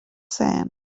sand